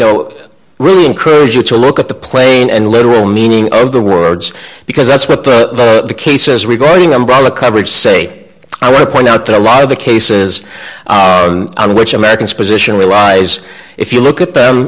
know really encourage you to look at the plane and literal meaning of the words because that's what the case is regarding umbrella coverage say i want to point out that a lot of the cases in which americans position realize if you look at